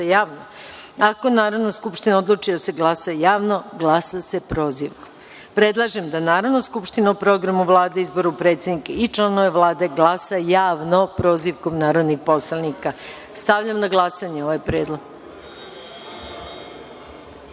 javno. Ako Narodna skupština odluči da se glasa javno, glasa se prozivkom. Predlažem da Narodna skupština o programu Vlade i izboru predsednika i članova Vlade glasa javno – prozivkom narodnih poslanika. Stavljam na glasanje ovaj